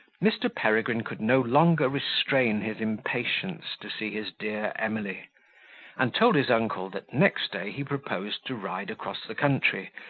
mr. peregrine could no longer restrain his impatience to see his dear emily and told his uncle, that next day he proposed to ride across the country,